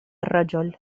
الرجل